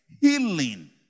healing